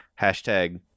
Hashtag